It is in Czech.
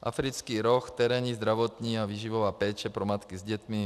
Africký roh terénní, zdravotní a výživová péče pro matky s dětmi.